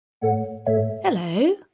Hello